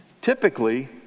typically